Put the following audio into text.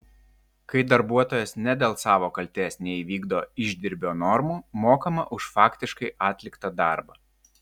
kai darbuotojas ne dėl savo kaltės neįvykdo išdirbio normų mokama už faktiškai atliktą darbą